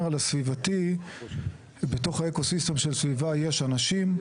על הסביבתי בתוך האקו-סיסטם של סביבה יש אנשים,